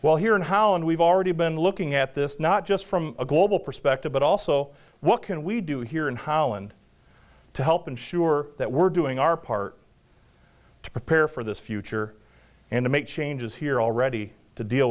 while here in holland we've already been looking at this not just from a global perspective but also what can we do here and how and to help ensure that we're doing our part to prepare for this future and to make changes here already to deal